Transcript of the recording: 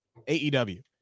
AEW